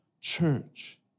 church